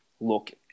look